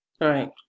Right